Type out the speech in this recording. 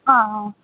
ஆ ஆ